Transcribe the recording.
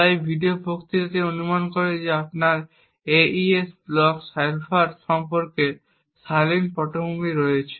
তাই এই ভিডিও বক্তৃতাটি অনুমান করে যে আপনার AES ব্লক সাইফার সম্পর্কে শালীন পটভূমি রয়েছে